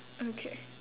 okay